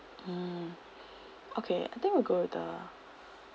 mm okay I think we'll go with the